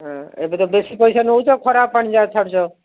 ହଁ ଏବେ ତ ବେଶୀ ପଇସା ନେଉଛ ଖରାପ ପାଣିଯାକ ଛାଡ଼ୁଛ